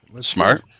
smart